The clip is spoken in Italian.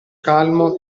calmo